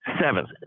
Seventh